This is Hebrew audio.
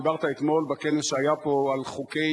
דיברת אתמול בכנס שהיה פה על חוקי